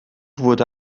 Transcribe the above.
wurde